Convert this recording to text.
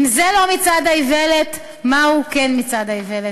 אם זה לא מצעד האיוולת, מהו מצעד האיוולת?